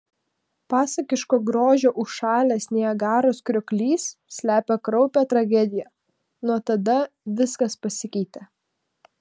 pasakiško grožio užšalęs niagaros krioklys slepia kraupią tragediją nuo tada viskas pasikeitė